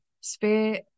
sphere